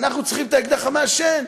אנחנו צריכים את האקדח המעשן.